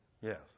Yes